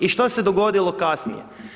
I što se dogodilo kasnije?